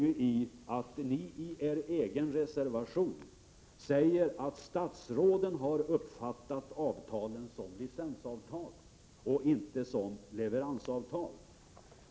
Ni säger i er egen reservation att statsråden har uppfattat avtalen som licensavtal och inte som leveransavtal.